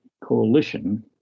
coalition